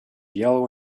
yellow